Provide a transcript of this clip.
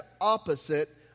opposite